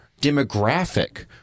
demographic